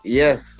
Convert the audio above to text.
yes